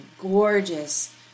gorgeous